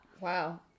Wow